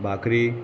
भाकरी